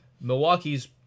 Milwaukee's